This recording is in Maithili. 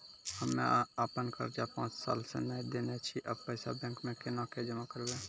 हम्मे आपन कर्जा पांच साल से न देने छी अब पैसा बैंक मे कोना के जमा करबै?